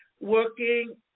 working